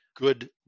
good